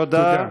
תודה.